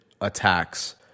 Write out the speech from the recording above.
attacks